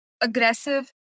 aggressive